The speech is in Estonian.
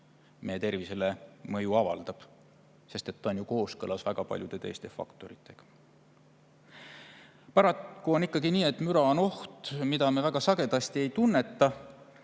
meie tervisele mõju avaldab. See on ju koos[mõjus] väga paljude teiste faktoritega. Paraku on ikkagi nii, et müra on oht, mida me väga sagedasti ei tunneta,